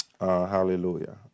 Hallelujah